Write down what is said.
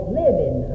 living